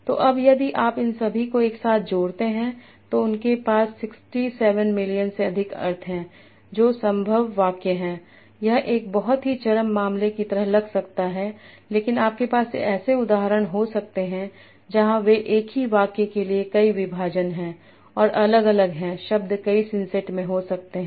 तो अब यदि आप इन सभी को एक साथ जोड़ते हैं तो उनके पास 67 मिलियन से अधिक अर्थ हैं जो संभव वाक्य हैं यह एक बहुत ही चरम मामले की तरह लग सकता है लेकिन आपके पास ऐसे उदाहरण हो सकते हैं जहां वे एक ही वाक्य के लिए कई विभाजन हैं और अलग अलग हैं शब्द कई सिंसेट में हो सकते हैं